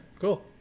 cool